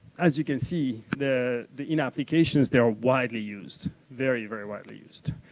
as you can see, the the applications they are widely used, very, very widely used.